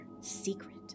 secret